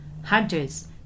hunters